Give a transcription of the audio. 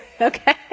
Okay